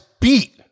beat